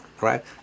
right